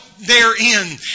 therein